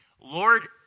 Lord